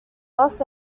los